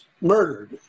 murdered